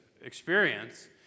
experience